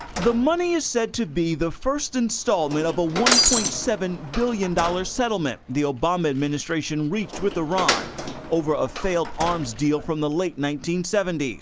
the money is said to be the first installment of a one point seven billion dollars settlement the obama administration reached with iran over a failed arms deal from the late nineteen seventy s.